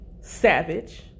Savage